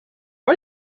why